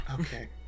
Okay